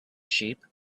sheep